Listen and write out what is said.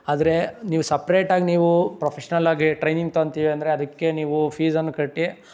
ಆದರೆ ನೀವು ಸಪ್ರೇಟ್ ಆಗಿ ನೀವು ಪ್ರೊಫೆಷನಲ್ ಆಗಿ ಟ್ರೈನಿಂಗ್ ತೊಗೊಳ್ತೀವಿ ಅಂದರೆ ಅದಕ್ಕೆ ನೀವು ಫೀಸನ್ನು ಕಟ್ಟಿ